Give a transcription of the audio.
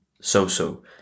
so-so